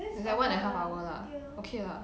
is like one and half hour lah okay lah